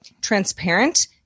transparent